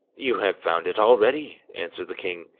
you have found it already answered the king,